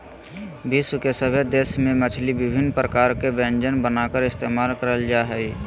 विश्व के सभे देश में मछली विभिन्न प्रकार के व्यंजन बनाकर इस्तेमाल करल जा हइ